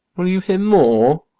will you hear more?